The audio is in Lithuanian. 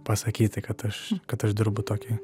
pasakyti kad aš kad aš dirbu tokį